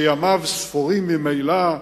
ימיו ספורים ממילא,